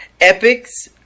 EPICS